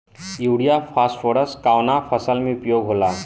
Urea phosphorus कवना फ़सल में उपयोग होला?